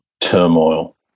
turmoil